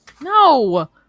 No